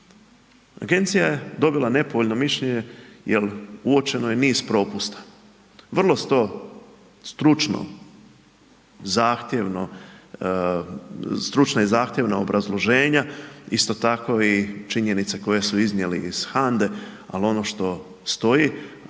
Agencija je dobila nepovoljno mišljenje jer uočeno je niz propusta, vrlo su to, stručno, zahtjevno, stručna i zahtjevna obrazloženja. Isto tako i činjenice koje su iznijeli iz HANDA-e ali ono što stoji